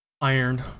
Iron